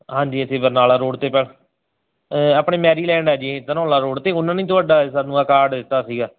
ਹਾਂਜੀ ਅਸੀਂ ਬਰਨਾਲਾ ਰੋਡ 'ਤੇ ਪ ਆਪਣੀ ਮੈਰੀਲੈਂਡ ਆ ਜੀ ਧਨੌਲਾ ਰੋਡ 'ਤੇ ਉਹਨਾਂ ਨੇ ਤੁਹਾਡਾ ਸਾਨੂੰ ਆਹ ਕਾਰਡ ਦਿੱਤਾ ਸੀਗਾ